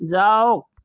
যাওক